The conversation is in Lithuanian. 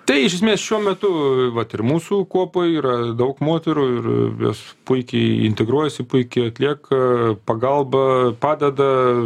tai iš esmės šiuo metu vat ir mūsų kuopoj yra daug moterų ir jos puikiai integruojasi puikiai atlieka pagalbą padeda